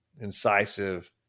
incisive